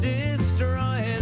destroy